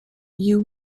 you